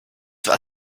war